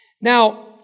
Now